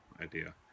idea